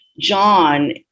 John